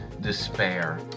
despair